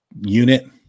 unit